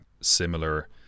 similar